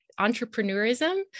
entrepreneurism